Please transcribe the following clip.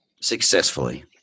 successfully